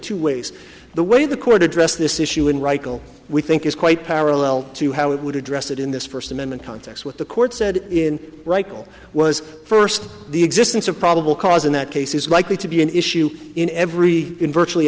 two ways the way the court addressed this issue in reichl we think is quite parallel to how it would address it in this first amendment context what the court said in reichl was first the existence of probable cause in that case is likely to be an issue in every in virtually